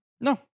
No